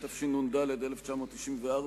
התשנ"ד 1994,